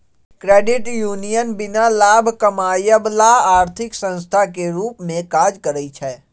credit union बीना लाभ कमायब ला आर्थिक संस्थान के रूप में काज़ करइ छै